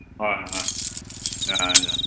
ꯍꯣꯏ ꯍꯣꯏ ꯌꯥꯏꯌꯦ ꯌꯥꯏꯌꯦ